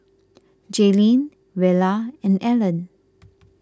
Jaylin Rella and Allen